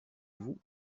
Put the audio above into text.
vous